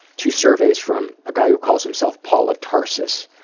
two surveys from a guy who calls himself paul of tarsus.